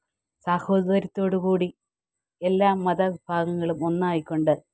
സാഹോദര്യത്തോടു കൂടി എല്ലാ മത വിഭാഗങ്ങളും ഒന്നായിക്കൊണ്ട്